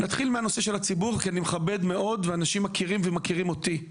נתחיל מהנושא של הציבור כי אני מכבד מאוד ואנשים מכירים ומכירים אותי,